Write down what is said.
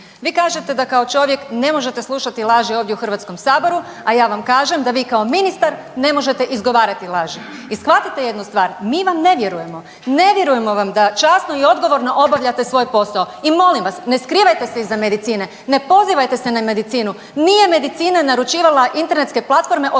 Vi kažete da kao čovjek ne možete slušati laži ovdje u HS, a ja vam kažem da vi kao ministar ne možete izgovarati laži. I shvatite jednu stvar, mi vam ne vjerujemo, ne vjerujemo vam da časno i odgovorno obavljate svoj posao i molim vas ne skrivajte se iza medicine, ne pozivajte se na medicinu, nije medicina naručivala internetske platforme